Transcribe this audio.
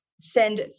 send